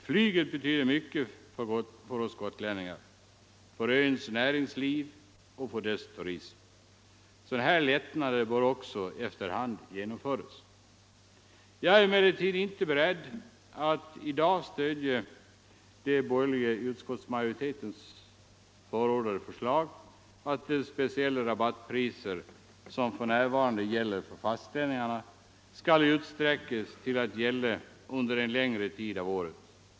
Flyget betyder mycket för oss gotlänningar, för öns näringsliv och för dess turism. Sådana lättnader bör också efter hand genomföras. Jag är emellertid inte beredd att i dag stödja det av den borgerliga utskottsmajoriteten förordade förslaget att de speciella rabattpriser som för närvarande gäller för fastlänningarna skall utsträckas att gälla under en längre tid av året.